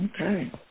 Okay